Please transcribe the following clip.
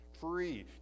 free